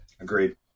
Agreed